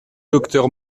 docteur